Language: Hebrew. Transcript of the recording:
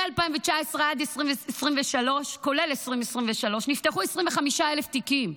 מ-2019 עד 2023, כולל2023 , נפתחו 25,000 תיקים.